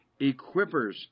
equippers